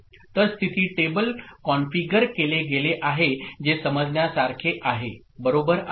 तर स्थिती table configure केले गेले आहे जे समजण्यासारखे आहे बरोबर आहे